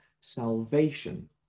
salvation